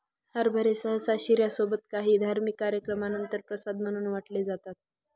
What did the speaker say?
हरभरे सहसा शिर्या सोबत काही धार्मिक कार्यक्रमानंतर प्रसाद म्हणून वाटले जातात